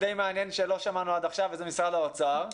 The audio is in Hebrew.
שלא שמענו עד עכשיו וזה משרד האוצר.